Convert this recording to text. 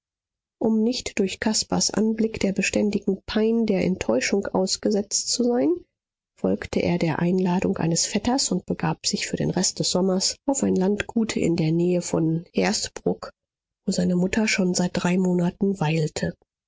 um nicht durch caspars anblick der beständigen pein der enttäuschung ausgesetzt zu sein folgte er der einladung eines vetters und begab sich für den rest des sommers auf ein landgut in der nähe von hersbruck wo seine mutter schon seit drei monaten weilte